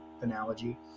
analogy